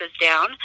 down